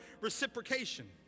reciprocation